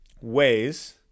ways